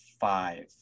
five